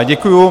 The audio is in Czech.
Děkuju.